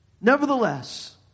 Nevertheless